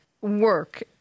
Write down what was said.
work